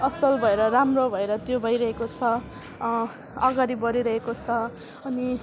असल भएर राम्रो भएर त्यो भइरहेको छ अगाडि बढिरहेको छ अनि